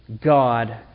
God